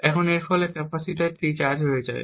এবং এর ফলে ক্যাপাসিটরটি চার্জ হয়ে যায়